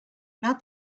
not